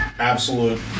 absolute